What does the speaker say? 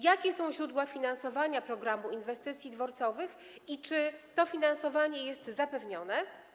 Jakie są źródła finansowania „Programu inwestycji dworcowych” i czy to finansowanie jest zapewnione?